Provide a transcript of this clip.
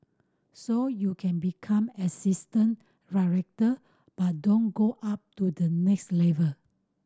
so you can become assistant but don't go up to the next level